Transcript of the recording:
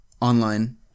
online